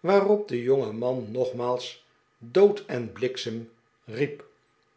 waarop de jongeman nogmaals dood en bliksem riep